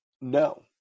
no